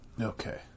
Okay